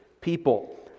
people